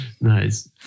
Nice